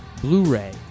Blu-ray